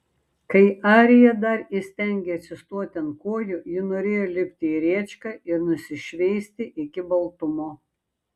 kai arija dar įstengė atsistoti ant kojų ji norėjo lipti į rėčką ir nusišveisti iki baltumo